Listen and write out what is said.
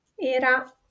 era